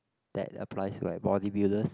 that applies to like body builders